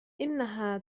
إنها